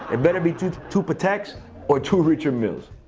it better be two two pateks or two richard milles.